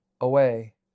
away